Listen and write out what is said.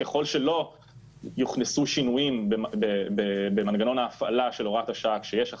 ככל שלא יוכנסו שינויים במנגנון ההפעלה של הוראת השעה כשיש הכרזה,